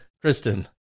Kristen